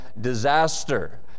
disaster